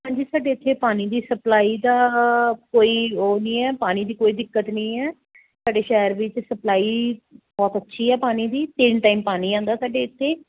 ਹਾਂਜੀ ਸਾਡੇ ਇੱਥੇ ਪਾਣੀ ਦੀ ਸਪਲਾਈ ਦਾ ਕੋਈ ਉਹ ਨਹੀਂ ਹੈ ਪਾਣੀ ਦੀ ਕੋਈ ਦਿੱਕਤ ਨਹੀਂ ਹੈ ਸਾਡੇ ਸ਼ਹਿਰ ਵਿੱਚ ਸਪਲਾਈ ਬਹੁਤ ਅੱਛੀ ਹੈ ਪਾਣੀ ਦੀ ਤਿੰਨ ਟਾਈਮ ਪਾਣੀ ਆਉਂਦਾ ਸਾਡੇ ਇੱਥੇ